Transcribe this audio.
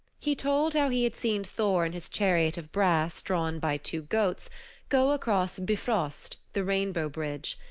he told how he had seen thor in his chariot of brass drawn by two goats go across bifrost, the rainbow bridge.